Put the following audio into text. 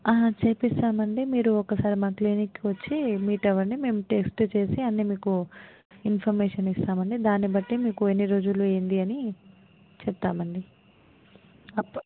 చేపిస్తామండి మీరు ఒక్కసారి మా క్లినిక్కి వచ్చి మీట్ అవ్వండి మేము టెస్ట్ చేసి అన్నీ మీకు ఇన్ఫర్మేషన్ ఇస్తామండి దాన్నిబట్టి మీకు ఎన్ని రోజులు ఏంటి అని చెప్తామండి అప్